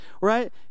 right